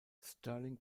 sterling